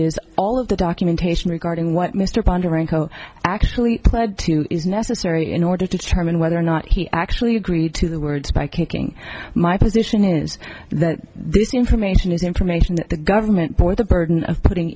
is all of the documentation regarding what mr ponder ranko actually pled to is necessary in order to determine whether or not he actually agreed to the words by kicking my position is that this information is information that the government boy the burden of putting